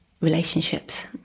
relationships